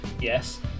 yes